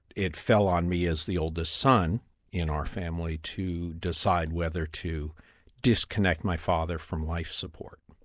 it fell on me as the older son in our family, to decide whether to disconnect my father from life support.